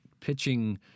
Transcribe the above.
pitching